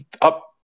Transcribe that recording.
up